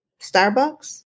Starbucks